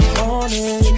morning